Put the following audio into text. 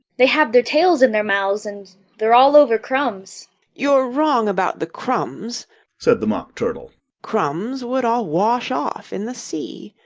they have their tails in their mouths and they're all over crumbs you're wrong about the crumbs said the mock turtle crumbs would all wash off in the sea.